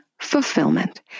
fulfillment